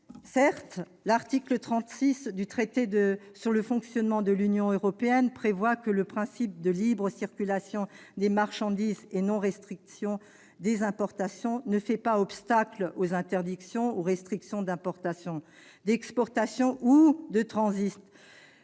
Certes, l'article 36 du traité sur le fonctionnement de l'Union européenne prévoit que les principes de libre circulation des marchandises et de non-restriction des importations « ne font pas obstacle aux interdictions ou restrictions d'importation, d'exportation ou de transit,